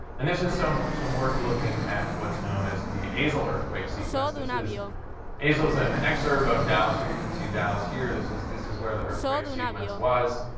and this is some some work looking at what's known as the azle earthquake sequence. this is azle is an exurb of dallas. here you can see dallas here. this is this is where the earthquake sequence was.